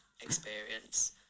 experience